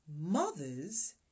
Mothers